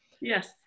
Yes